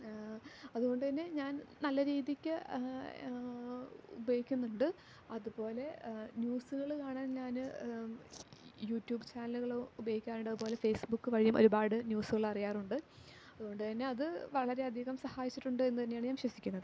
അതുകൊണ്ട് തന്നെ ഞാൻ നല്ലരീതിക്ക് ഉപയോഗിക്കുന്നുണ്ട് അതുപോലെ ന്യൂസ്സ്കൾ കാണാൻ ഞാൻ യൂട്യൂബ് ചാനലുകൾ ഉപയോഗിക്കാറുണ്ട് അതുപോലെ ഫേയ്സ്ബുക്ക് വഴിയും ഒരുപാട് ന്യൂസ്സ്കൾ അറിയാറുണ്ട് അതുകൊണ്ട് തന്നെ അത് വളരെയധികം സഹായിച്ചുണ്ട് എന്നുതന്നെയാണ് ഞാൻ വിശ്വസിക്കുന്നത്